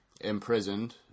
imprisoned